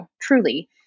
truly